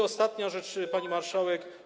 Ostatnia rzecz, pani marszałek.